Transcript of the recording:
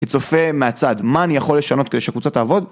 כצופה מהצד, מה אני יכול לשנות כדי שקבוצה תעבוד?